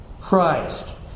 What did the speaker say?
Christ